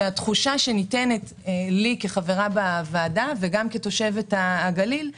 כאשר התחושה שניתנת לי כחברה בוועדה וגם כתושבת הגליל היא